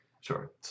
sure